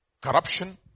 Corruption